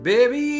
Baby